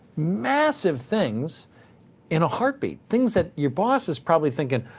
massive things in a heartbeat, things that your boss is probably thinking,